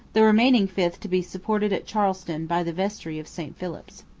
the remaining fifth to be supported at charleston by the vestry of st phillips.